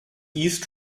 east